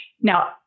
Now